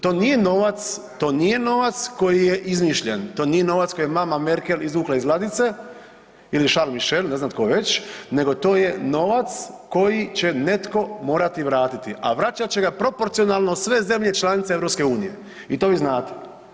To nije novac, to nije novac koji je izmišljen, to nije novac koji je mama Merkel izvukla iz ladice ili Scharl Michael ne znam tko već, nego to je novac koji će netko morati vratiti, a vraćat će ga proporcionalno sve zemlje članice EU i to vi znate.